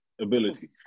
ability